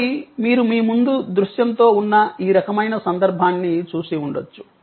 ఆపై మీరు మీ ముందు దృశ్యంతో ఉన్న ఈ రకమైన సందర్భాన్ని చూసివుండొచ్చు